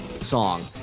song